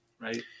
right